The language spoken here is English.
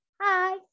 hi